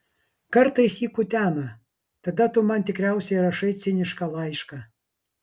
kartais jį kutena tada tu man tikriausiai rašai cinišką laišką